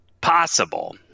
Possible